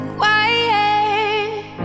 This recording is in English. quiet